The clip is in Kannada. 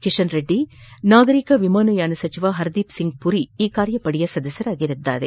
ಕೆಶನ್ ರೆಡ್ಡಿ ನಾಗರಿಕ ವಿಮಾನಯಾನ ಸಚಿವ ಪರ್ದೀಪ್ ಸಿಂಗ್ ಮರಿ ಈ ಕಾರ್ಯಪಡೆಯ ಸದಸ್ಯರಾಗಿದ್ದಾರೆ